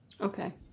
okay